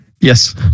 Yes